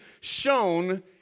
shown